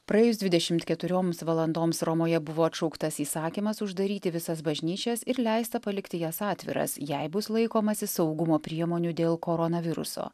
praėjus dvidešimt keturioms valandoms romoje buvo atšauktas įsakymas uždaryti visas bažnyčias ir leista palikti jas atviras jei bus laikomasi saugumo priemonių dėl koronaviruso